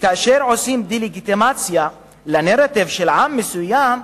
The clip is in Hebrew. וכאשר עושים דה-לגיטימציה לנרטיב של עם מסוים,